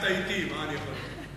נתקעת אתי, מה אני יכול לעשות?